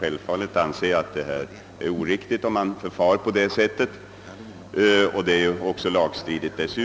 Självfallet anser jag det vara oriktigt att förfara på det sättet, och dessutom är det lagstridigt att